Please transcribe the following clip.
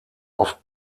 oft